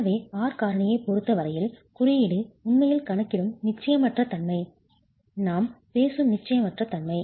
எனவே R காரணியைப் பொறுத்த வரையில் குறியீடு உண்மையில் கணக்கிடும் நிச்சயமற்ற தன்மை நாம் பேசும் நிச்சயமற்ற தன்மை